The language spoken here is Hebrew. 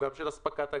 הספקת הגז,